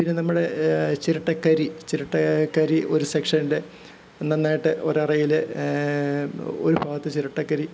പിന്നെ നമ്മുടെ ചിരട്ടക്കരി ചിരട്ടയായ കരി ഒരു സെക്ഷൻ്റെ നന്നായിട്ട് ഒരറയിൽ ഒരു ഭാഗത്ത് ചിരട്ടക്കരി